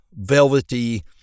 velvety